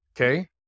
okay